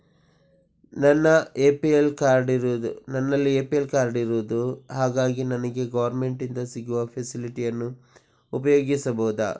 ನನ್ನಲ್ಲಿ APL card ಇರುದು ಹಾಗಾಗಿ ನನಗೆ ಗವರ್ನಮೆಂಟ್ ಇಂದ ಸಿಗುವ ಫೆಸಿಲಿಟಿ ಅನ್ನು ಉಪಯೋಗಿಸಬಹುದಾ?